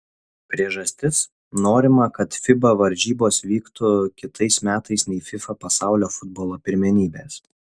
priežastis norima kad fiba varžybos vyktų kitais metais nei fifa pasaulio futbolo pirmenybės